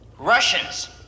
Russians